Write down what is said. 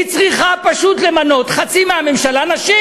היא צריכה פשוט למנות חצי מהממשלה נשים,